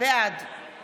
בעד